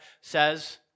says